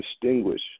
distinguish